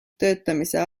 töötamise